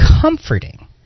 comforting